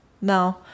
no